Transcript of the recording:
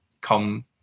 come